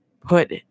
put